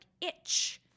itch